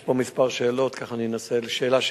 יש פה כמה שאלות, אני אנסה להשיב שאלה-שאלה.